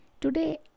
Today